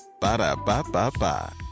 Ba-da-ba-ba-ba